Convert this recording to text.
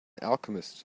alchemist